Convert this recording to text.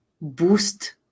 boost